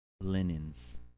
linens